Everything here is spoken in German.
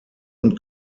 und